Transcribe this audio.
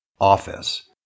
office